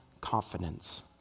confidence